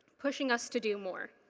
pushing us to do more.